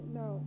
no